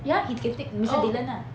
ya he's gett~ mister dylan lah